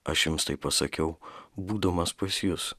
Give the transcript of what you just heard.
aš jums taip pasakiau būdamas pas jus